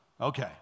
Okay